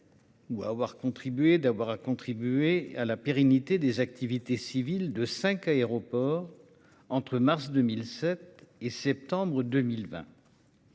échu d'avoir à assurer la pérennité des activités civiles de cinq aéroports entre mars 2007 et septembre 2020.